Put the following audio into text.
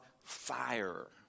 fire